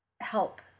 help